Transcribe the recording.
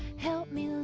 help me,